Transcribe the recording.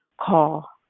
call